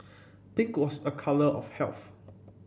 pink was a colour of health